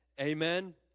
Amen